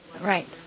Right